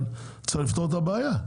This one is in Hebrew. אבל צריך לפתור את הבעיה.